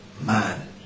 man